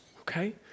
okay